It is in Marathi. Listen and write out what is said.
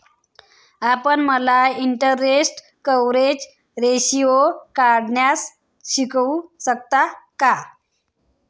आपण मला इन्टरेस्ट कवरेज रेशीओ काढण्यास शिकवू शकता का?